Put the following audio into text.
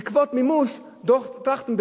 בעקבות מימוש דוח-טרכטנברג.